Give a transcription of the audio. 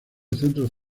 centros